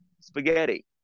spaghetti